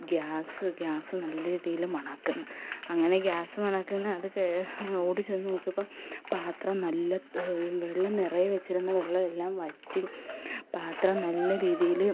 gas gas നല്ല രീതിയിൽ മണക്കുന്നു അങ്ങനെ ഗ്യാസ് മണക്കുന്നത് അത് കേട്ടു ഓടി ചെന്ന് നോക്കിയപ്പം പാത്രം നല്ല വെള്ളം നിറയെ വച്ചിരുന്ന വെള്ളം എല്ലാം വറ്റി പാത്രം നല്ല രീതിയിൽ